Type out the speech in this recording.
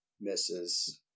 misses